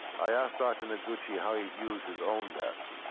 i asked dr. noguchi how he views his own death.